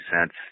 cents